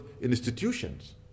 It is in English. institutions